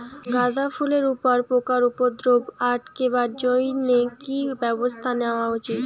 গাঁদা ফুলের উপরে পোকার উপদ্রব আটকেবার জইন্যে কি ব্যবস্থা নেওয়া উচিৎ?